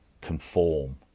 conform